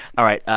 all right,